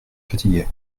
fatigué